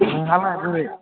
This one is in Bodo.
नोंहालाय बोरै